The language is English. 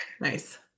nice